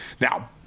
Now